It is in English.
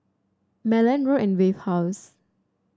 Malan Road and Wave House